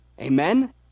Amen